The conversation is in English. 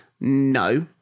No